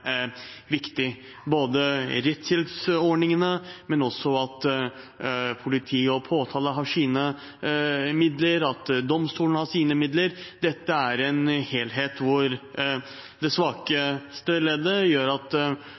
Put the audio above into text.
viktig, både rettshjelpsordningene, at politi og påtalemyndighet har sine midler, og at domstolene har sine midler. Dette er en helhet hvor det svakeste leddet gjør at